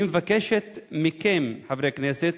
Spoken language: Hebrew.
אני מבקשת מכם, חברי הכנסת,